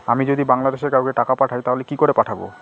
আমি যদি বাংলাদেশে কাউকে টাকা পাঠাই তাহলে কি করে পাঠাবো?